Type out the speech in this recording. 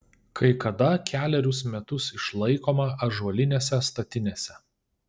kai kada kelerius metus išlaikoma ąžuolinėse statinėse